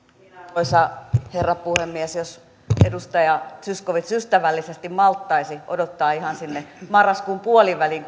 arvoisa herra puhemies jos edustaja zyskowicz ystävällisesti malttaisi odottaa ihan sinne marraskuun puoliväliin